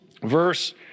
Verse